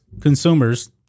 consumers